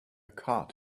card